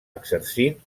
exercint